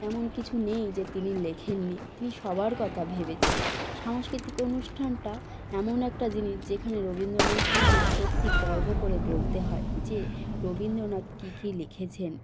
এমন কিছু নেই যে তিনি লেখেননি তিনি সবার কথা ভেবেছেন সাংস্কৃতিক অনুষ্ঠানটা এমন একটা জিনিস যেখানে রবীন্দ্রনাথ নিয়ে সত্যি গর্ব করে বলতে হয় যে রবীন্দ্রনাথ কী কী লিখেছেন